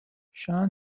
shaun